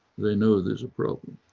they know there's a problem,